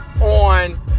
on